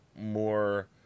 more